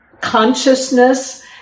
consciousness